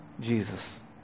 Jesus